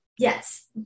Yes